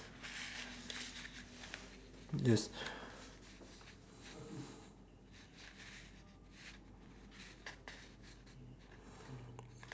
yes